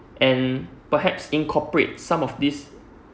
and perhaps incorporate some of this